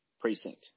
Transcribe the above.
Precinct